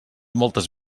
moltes